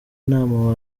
nama